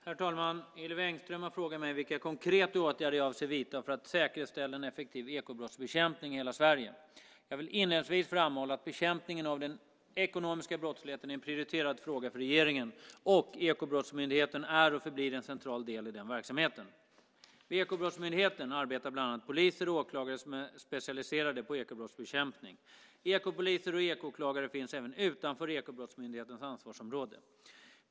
Herr talman! Hillevi Engström har frågat mig vilka konkreta åtgärder jag avser att vidta för att säkerställa en effektiv ekobrottsbekämpning i hela Sverige. Jag vill inledningsvis framhålla att bekämpningen av den ekonomiska brottsligheten är en prioriterad fråga för regeringen, och Ekobrottsmyndigheten är och förblir en central del i den verksamheten. Vid Ekobrottsmyndigheten arbetar bland annat poliser och åklagare som är specialiserade på ekobrottsbekämpning. Ekopoliser och ekoåklagare finns även utanför Ekobrottsmyndighetens ansvarsområde.